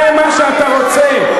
זה מה שאתה רוצה.